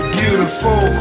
beautiful